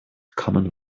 common